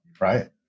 right